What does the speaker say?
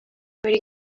pretty